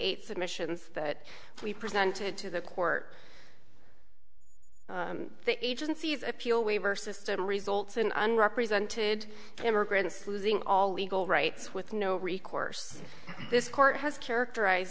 eight submissions that we presented to the court the agency's appeal waiver system results an unrepresented immigrants losing all legal rights with no recourse this court has characterize